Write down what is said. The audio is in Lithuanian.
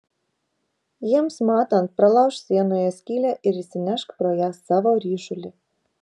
jiems matant pralaužk sienoje skylę ir išsinešk pro ją savo ryšulį